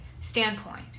standpoint